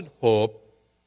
hope